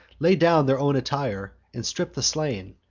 lay down their own attire, and strip the slain.